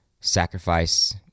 sacrifice